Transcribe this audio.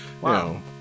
Wow